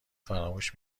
فراموش